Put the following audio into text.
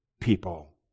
people